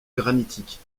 granitique